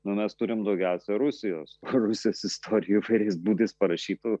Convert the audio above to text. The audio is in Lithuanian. nu mes turim daugiausia rusijos rusijos istorijų įvairiais būdais parašytų